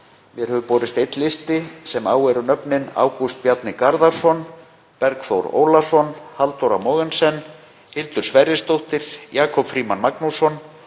Mér hefur borist einn listi sem á eru nöfnin: Ágúst Bjarni Garðarsson, Bergþór Ólason, Halldóra Mogensen, Hildur Sverrisdóttir, Jakob Frímann Magnússon,